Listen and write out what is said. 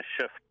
shift